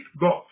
God